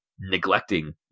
neglecting